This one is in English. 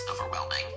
overwhelming